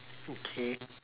okay